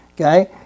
Okay